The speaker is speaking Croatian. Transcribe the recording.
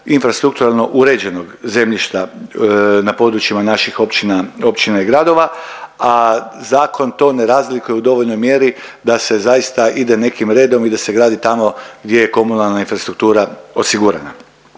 infrastrukturalno uređenog zemljišta na područjima naših općina, općina i gradova, a zakon to ne razlikuje u dovoljnoj mjeri da se zaista ide nekim redom i da se gradi tamo gdje je komunalna infrastruktura osigurana.